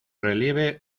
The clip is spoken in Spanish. relieve